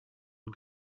and